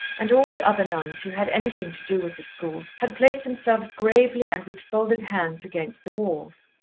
and all the other nuns who had anything to do with the school had placed themselves gravely and with folded hands against the walls.